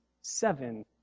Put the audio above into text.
seven